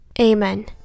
amen